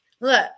Look